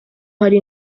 hari